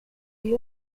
you